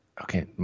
okay